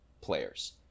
players